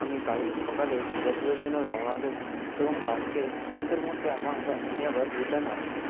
আমি কাল সকালে দুর্গাপুরের জন্য রওনা দেবো এবং কালকে সন্ধের মধ্যে আমার আমি আবার রিটার্ন আসবো